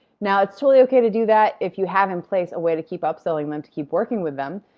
now it's totally okay to do that if you have in place a way to keep upselling them to keep working with them,